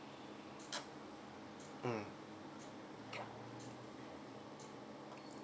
mm